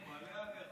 אני מתפלא עליך,